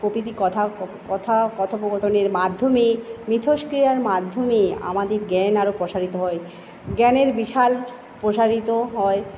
প্রভৃতি কথা কথা ও কথোপকথনের মাধ্যমে মিথষ্ক্রিয়ার মাধ্যমে আমাদের জ্ঞান আরো প্রসারিত হয় জ্ঞানের বিশাল প্রসারিত হয়